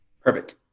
Perfect